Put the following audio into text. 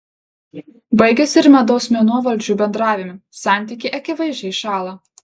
baigiasi ir medaus mėnuo valdžių bendravime santykiai akivaizdžiai šąla